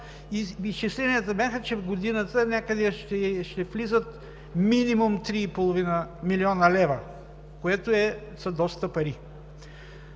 Изчисленията бяха, че в годината ще влизат минимум 3,5 млн. лв., което са доста пари